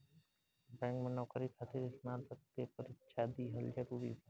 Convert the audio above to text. Bank में नौकरी खातिर स्नातक के परीक्षा दिहल जरूरी बा?